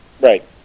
Right